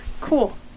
cool